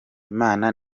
imana